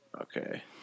Okay